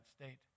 state